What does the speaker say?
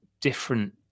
different